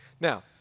Now